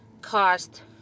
cost